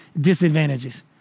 disadvantages